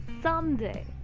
someday